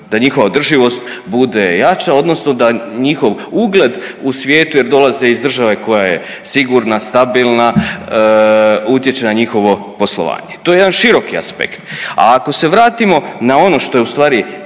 da njihova održivost bude jača, odnosno da njihov ugled u svijetu jer dolaze iz države koja je sigurna, stabilna, utječe na njihovo poslovanje. To je jedan široki aspekt, a ako se vratimo na ono što je u stvari tema